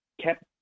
kept